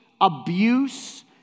abuse